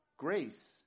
Grace